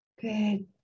Good